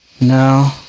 No